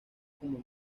como